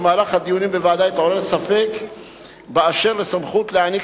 במהלך הדיונים בוועדה התעורר ספק באשר לסמכות להעניק